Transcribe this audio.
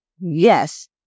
Yes